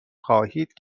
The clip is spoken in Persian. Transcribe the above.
خواهید